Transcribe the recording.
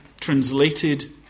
translated